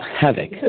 havoc